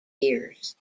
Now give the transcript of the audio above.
years